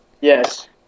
Yes